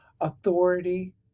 Authority